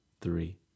three